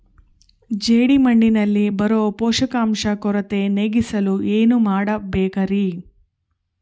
ಜೇಡಿಮಣ್ಣಿನಲ್ಲಿ ಬರೋ ಪೋಷಕಾಂಶ ಕೊರತೆ ನೇಗಿಸಲು ಏನು ಮಾಡಬೇಕರಿ?